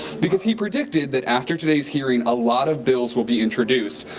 because he predicted that after today's hearing a lot of bills will be introduced.